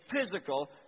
physical